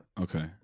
Okay